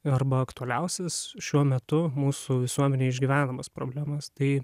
arba aktualiausias šiuo metu mūsų visuomenėj išgyvenamas problemas tai